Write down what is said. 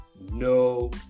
no